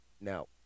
Now